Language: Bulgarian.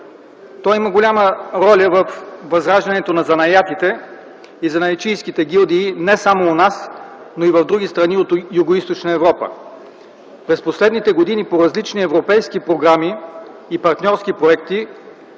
Той има голяма роля във възраждането на занаятите и занаятчийските гилдии не само у нас, но и в други страни от Югоизточна Европа. През последните години по различни европейски програми и партньорски проекти